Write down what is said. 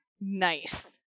Nice